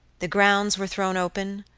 the grounds were thrown open,